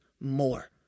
more